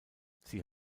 sie